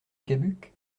cabuc